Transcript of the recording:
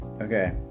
okay